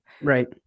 Right